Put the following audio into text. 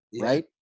right